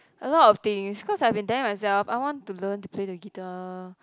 a lot of things cause I've been there myself I want to learn to play the guitar